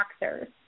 boxers